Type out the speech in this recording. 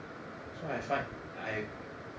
so I find I